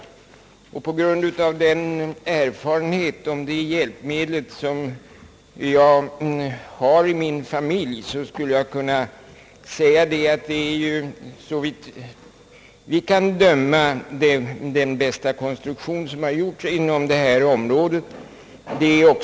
På grund av den erfarenhet om detta hjälpmedel som jag har i min familj, skulle jag kunna säga att det är, såvitt vi kan bedöma, den bästa konstruktion som gjorts inom detta område.